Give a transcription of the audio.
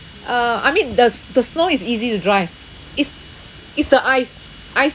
uh I mean the s~ the snow is easy to drive is is the ice ice